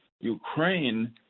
Ukraine